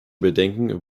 bedenken